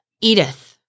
edith